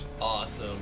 awesome